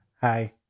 Hi